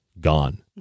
gone